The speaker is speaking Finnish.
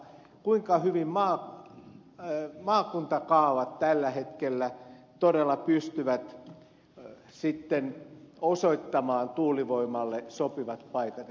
kuinka hyvin maakuntakaavat tällä hetkellä todella pystyvät osoittamaan tuulivoimalle sopivat paikat